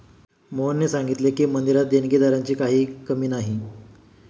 मोहनने सांगितले की, मंदिरात देणगीदारांची काही कमी नाही